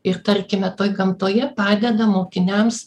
ir tarkime toj gamtoje padeda mokiniams